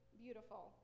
beautiful